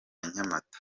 nyamata